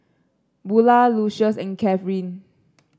Bula Lucious and Kathyrn